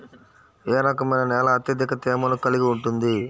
ఏ రకమైన నేల అత్యధిక తేమను కలిగి ఉంటుంది?